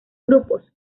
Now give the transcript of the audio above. grupos